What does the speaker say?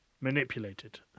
manipulated